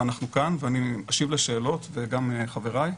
אנחנו כאן ואני משיב לשאלות וגם חבריי.